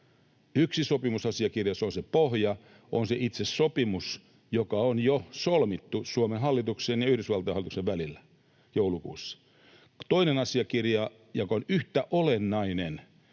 Yksi sopimusasiakirja on se pohja, se itse sopimus, joka on jo solmittu Suomen hallituksen ja Yhdysvaltain hallituksen välillä joulukuussa. Toinen asiakirja, joka on yhtä olennainen,